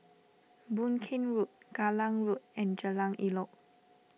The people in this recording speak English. Boon Keng Road Kallang Road and Jalan Elok